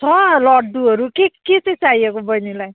छ लड्डुहरू के के चाहिँ चाहिएको बहिनीलाई